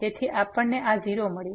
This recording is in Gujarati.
તેથી આપણને આ 0 મળ્યું